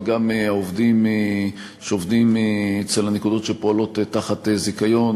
וגם העובדים שעובדים בנקודות שפועלות בזיכיון,